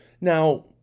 Now